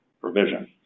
provision